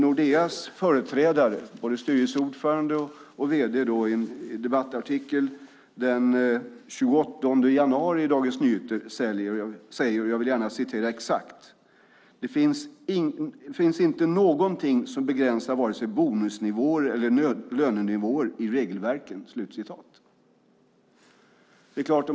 Nordeas företrädare, både styrelseordförande och vd, säger i en debattartikel den 28 januari i Dagens Nyheter att "det finns inte någonting som begränsar vare sig bonusnivåer eller lönenivåer i regelverken".